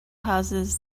houses